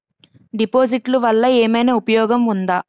డిపాజిట్లు వల్ల ఏమైనా ఉపయోగం ఉందా?